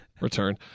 return